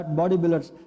bodybuilders